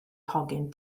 hogyn